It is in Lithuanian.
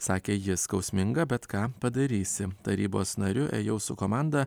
sakė jis skausminga bet ką padarysi tarybos nariu ėjau su komanda